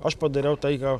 aš padariau tai ką